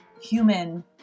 human